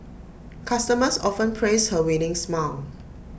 customers often praise her winning smile